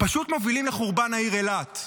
פשוט מובילים לחורבן העיר אילת.